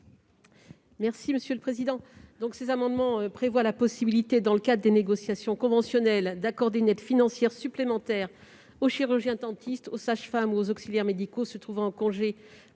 de la commission ? Ces amendements ont pour objet la possibilité, dans le cadre des négociations conventionnelles, d'accorder une aide financière supplémentaire aux chirurgiens-dentistes, aux sages-femmes ou aux auxiliaires médicaux se trouvant en congé